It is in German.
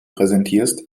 präsentierst